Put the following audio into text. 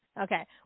Okay